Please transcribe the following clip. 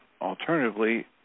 alternatively